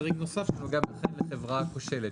חריג נוסף נוגע לחברה כושלת.